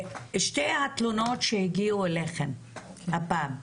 שתי התלונות שהגיעו אליכם הפעם,